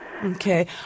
Okay